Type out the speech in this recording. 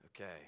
Okay